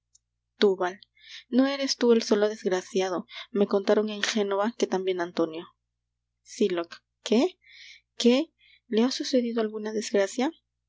túbal no eres tú el solo desgraciado me contaron en génova que tambien antonio sylock qué qué le ha sucedido alguna desgracia